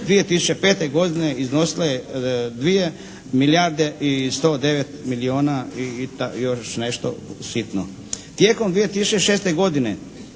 2005. godine iznosila je 2 milijarde i 109 milijuna i još nešto sitno. Tijekom 2006. godine